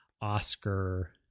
oscar